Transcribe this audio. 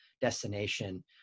destination